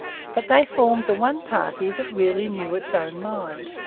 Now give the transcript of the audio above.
but they formed the one party that really knew its own mind.